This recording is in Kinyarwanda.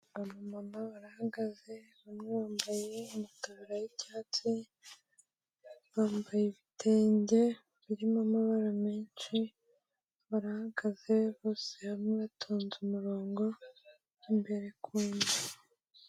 Abamama barahagaze bamwe bambaye amataburiya y'icyatsi, bambaye ibitenge birimo amabara menshi, barahagaze bose hamwe batonze umurongo imbere ku nzu.